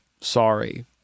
Sorry